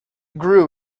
grew